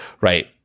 Right